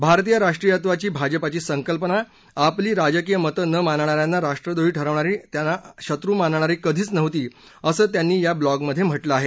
भारतीय राष्ट्रियत्वाची भाजपाची संकल्पना आपली राजकीय मतं न मानणा यांना राष्ट्रद्रोही ठरवणारी त्यांना शत्रू मानणारी कधीच नव्हती असं त्यांनी या ब्लॉगमधे म्हटलं आहे